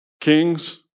kings